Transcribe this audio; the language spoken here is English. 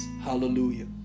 Hallelujah